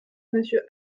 monsieur